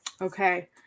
Okay